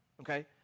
okay